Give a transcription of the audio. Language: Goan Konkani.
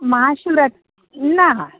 माहाशिवरात् ना